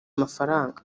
mafaranga